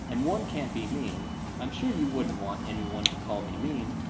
and one can't be mean i'm sure you wouldn't want any one to call me mean.